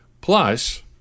Plus